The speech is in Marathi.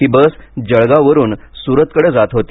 ही बस जळगाव वरुन सूरतकडे जात होती